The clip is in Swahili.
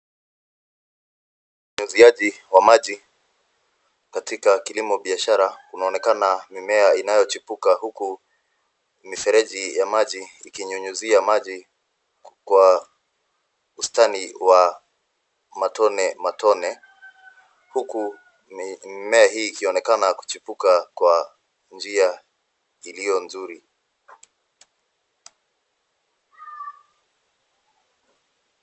Unyunyuziaji wa maji katika kilimo biashara unaonekana mimea inayojipuka huku mirefeji ya maji ikinyunyuzia maji kwa ustadi wa matone matone huku mimea hii ikionekana kujipuka kwa njia iliyo nzuri.